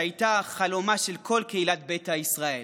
שהייתה חלומה של כול קהילת ביתא ישראל.